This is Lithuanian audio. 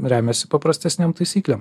remiasi paprastesnėm taisyklėm